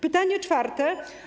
Pytanie czwarte.